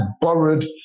borrowed